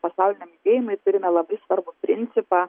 pasauliniam judėjimui turime labai svarbų principą